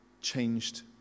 changed